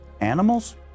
animals